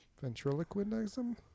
Ventriloquism